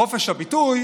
חופש הביטוי